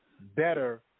better